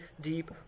deep